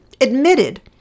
admitted